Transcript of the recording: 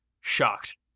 shocked